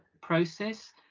process